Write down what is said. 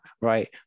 right